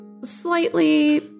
slightly